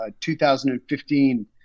2015